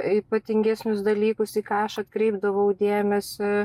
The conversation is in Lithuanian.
ypatingesnius dalykus į ką aš atkreipdavau dėmesį